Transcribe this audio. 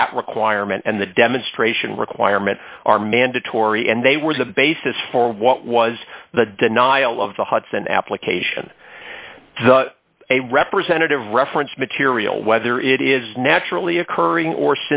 that requirement and the demonstration requirement are mandatory and they were the basis for what was the denial of the hudson application a representative reference material whether it is naturally occurring or